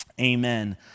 Amen